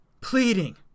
Pleading